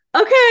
Okay